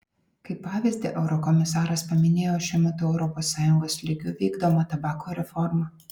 kaip pavyzdį eurokomisaras paminėjo šiuo metu europos sąjungos lygiu vykdomą tabako reformą